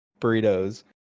burritos